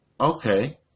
Okay